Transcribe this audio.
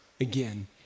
again